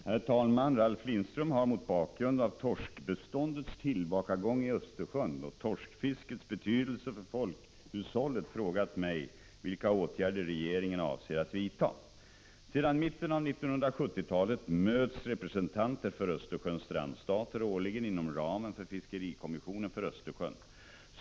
Herr talman! Ralf Lindström har mot bakgrund av torskbeståndets tillbakagång i Östersjön och torskfiskets betydelse för folkhushållet frågat mig vilka åtgärder regeringen avser att vidta. Sedan mitten av 1970-talet möts representanter för Östersjöns strandstater årligen inom ramen för fiskerikommissionen för Östersjön.